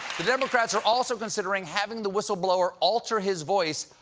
the democrats are also considering having the whistleblower alter his voice,